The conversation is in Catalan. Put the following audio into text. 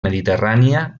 mediterrània